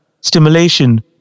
stimulation